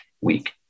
week